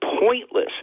pointless